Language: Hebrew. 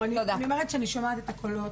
אז אני אומרת שאני שומעת את הקולות.